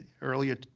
earlier